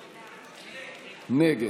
נגד.